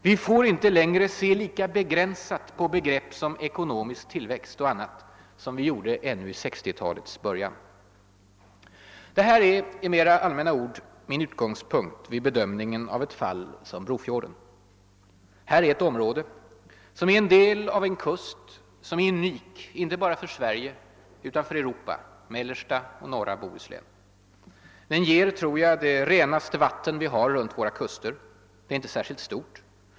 Vi får inte längre se lika begränsat på begrepp som >»ekonomisk tillväxt« och annat som vi gjorde ännu vid 1960-talets början. Detta är i mera allmänna ord min utgångspunkt vid bedömningen av ett fall som Brofjorden. Här är ett område som är en del av en kust som är en unik, inte bara för Sverige, utan för Europa: mellersta och norra Bohuslän. Den ger, tror jag, det renaste vatten vi har runt våra kuster. Området är inte särskilt stort.